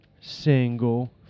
single